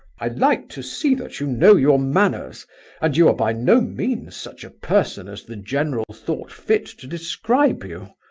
i like to see that you know your manners and you are by no means such a person as the general thought fit to describe you.